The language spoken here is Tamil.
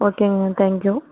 ஓகேங்க தேங்க் யூ